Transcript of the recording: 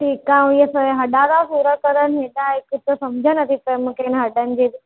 ठीकु आहे ऐं इहे हेॾा था सूर करनि हेॾा हिकु त समुझ नथी पिए मूंखे इन हॾनि जी